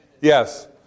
Yes